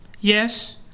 Yes